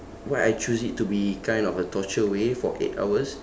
why I choose it to be kind of a torture way for eight hours